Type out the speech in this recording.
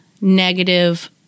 negative